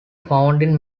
founding